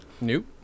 Nope